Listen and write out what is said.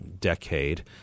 Decade